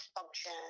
function